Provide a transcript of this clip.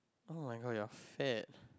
oh-my-god you are fat